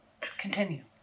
Continue